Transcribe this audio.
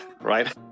right